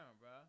bro